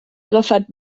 agafat